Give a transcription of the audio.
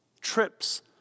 Trips